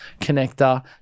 connector